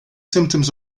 symptoms